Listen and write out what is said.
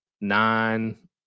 nine